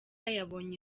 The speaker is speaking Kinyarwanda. yabonye